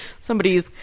Somebody's